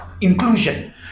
inclusion